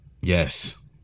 yes